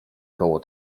koło